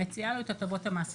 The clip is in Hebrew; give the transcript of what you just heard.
היא מציעה לו את הטבות המס.